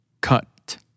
cut